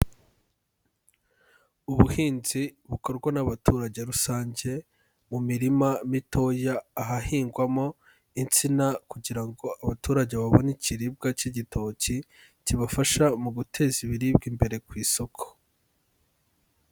Ubuhinzi bukorwa n'abaturage rusange, mu mirima mitoya ahahingwamo insina kugira ngo abaturage babone ikiribwa cy'igitoki, kibafasha mu guteza ibiribwa imbere ku isoko.